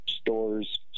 stores